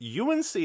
UNC